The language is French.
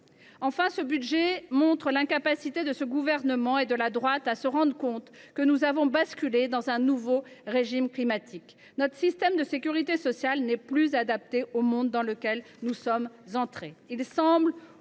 Enfin, ce budget montre l’incapacité de ce gouvernement et de la droite à se rendre compte que nous avons basculé dans un nouveau régime climatique. Notre système de sécurité sociale n’est plus adapté au monde dans lequel nous sommes entrés.